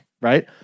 Right